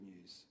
news